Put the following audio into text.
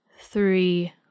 three